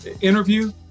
interview